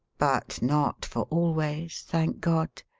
but not for always, thank god!